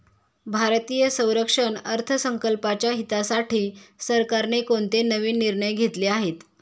भारतीय संरक्षण अर्थसंकल्पाच्या हितासाठी सरकारने कोणते नवीन निर्णय घेतले आहेत?